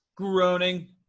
groaning